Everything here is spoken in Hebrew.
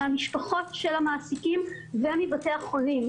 ממשפחות המעסיקים ומבתי החולים,